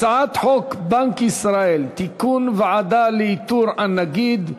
הצעת חוק בנק ישראל (תיקון, ועדה לאיתור הנגיד),